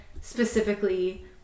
specifically